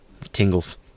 tingles